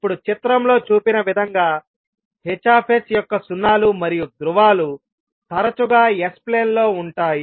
ఇప్పుడు చిత్రంలో చూపిన విధంగా H యొక్క సున్నాలు మరియు ధ్రువాలు తరచుగా S ప్లేన్ లో ఉంటాయి